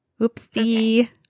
Oopsie